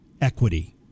equity